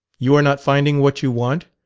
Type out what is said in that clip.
you are not finding what you want?